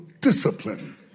discipline